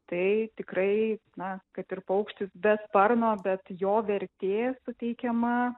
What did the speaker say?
tai tikrai na kad ir paukštis be sparno bet jo vertė suteikiama